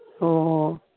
ꯑꯣ ꯑꯣ